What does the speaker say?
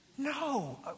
No